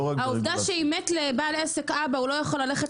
העובדה שאם מת לבעל עסק אב והוא לא יכול ללכת